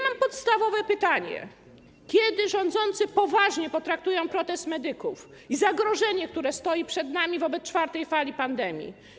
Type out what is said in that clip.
Mam podstawowe pytanie: Kiedy rządzący poważnie potraktują protest medyków i zagrożenie, które stoi przed nami wobec czwartej fali pandemii?